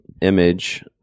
image